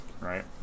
right